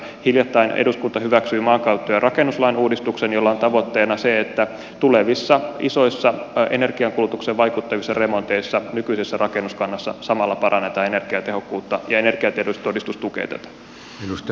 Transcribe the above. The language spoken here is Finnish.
hiljattain eduskunta hyväksyi maankäyttö ja rakennuslain uudistuksen jossa on tavoitteena se että tulevissa isoissa energian kulutukseen vaikuttavissa remonteissa nykyisessä rakennuskannassa samalla parannetaan energiatehokkuutta ja energiatodistus tukee tätä